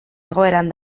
egoeran